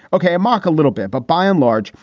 ok, mark, a little bit. but by and large,